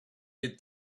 did